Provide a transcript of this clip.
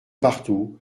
partout